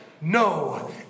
No